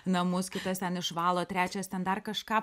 namus kitas ten išvalo trečias ten dar kažką